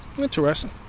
Interesting